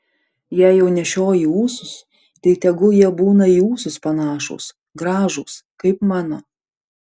jei jau nešioji ūsus tai tegul jie būna į ūsus panašūs gražūs kaip mano